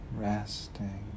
resting